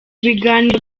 biganiro